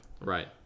Right